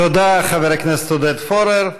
תודה, חבר הכנסת עודד פורר.